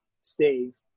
Steve